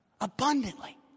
abundantly